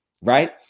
right